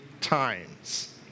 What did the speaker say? times